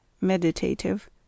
Meditative